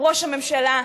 ראש הממשלה,